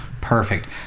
perfect